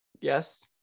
yes